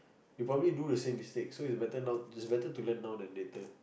you probably do the same mistake so is better now is better to learn now than later